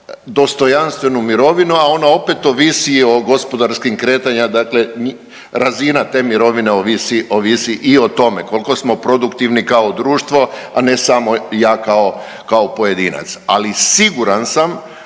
dostojanstvenu mirovinu, a ona opet ovisi i o gospodarskim kretanjima dakle razina te mirovine ovisi, ovisi i o tome koliko smo produktivni kao društvo, a ne samo ja kao pojedinac. Ali siguran sam